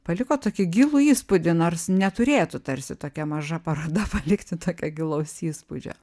paliko tokį gilų įspūdį nors neturėtų tarsi tokia maža paroda palikti tokio gilaus įspūdžio